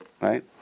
right